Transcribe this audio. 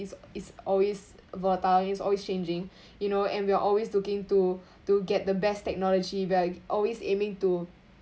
is is always volatile it's always changing you know and we are always looking to to get the best technology val~ always aiming to